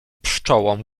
pszczołom